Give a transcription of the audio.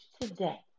today